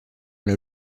dans